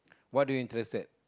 what do you interest at